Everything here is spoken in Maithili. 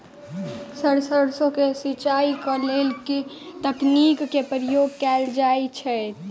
सर सैरसो केँ सिचाई केँ लेल केँ तकनीक केँ प्रयोग कैल जाएँ छैय?